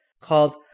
called